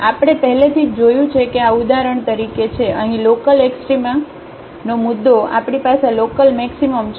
તેથી આપણે પહેલેથી જ જોયું છે કે આ ઉદાહરણ તરીકે છે અહીં લોકલ એક્સ્ટ્રામાનો મુદ્દો આપણી પાસે લોકલમેક્સિમમ છે